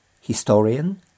historian